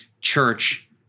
church